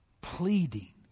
pleading